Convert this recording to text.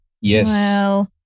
Yes